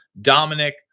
Dominic